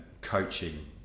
coaching